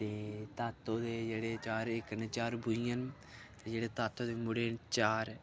ते तातो न जेह्ड़े चार बूजी आं न ते जेह्ड़े तातो दे मुड़े न चार